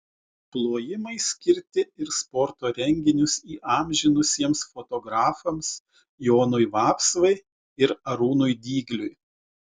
plojimai skirti ir sporto renginius įamžinusiems fotografams jonui vapsvai ir arūnui dygliui